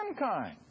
Mankind